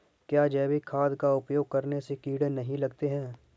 क्या जैविक खाद का उपयोग करने से कीड़े नहीं लगते हैं?